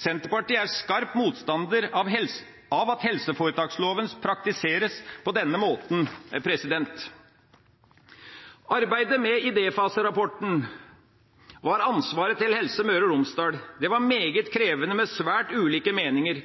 Senterpartiet er skarp motstander av at helseforetaksloven praktiseres på denne måten. Arbeidet med idéfaserapporten var ansvaret til Helse Møre og Romsdal. Det var meget krevende, med svært ulike meninger.